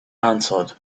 answered